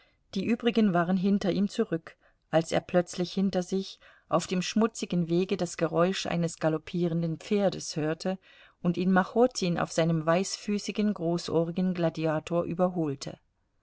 die übrigen waren hinter ihm zurück als er plötzlich hinter sich auf dem schmutzigen wege das geräusch eines galoppierenden pferdes hörte und ihn machotin auf seinem weißfüßigen großohrigen gladiator überholte